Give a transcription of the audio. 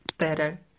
Better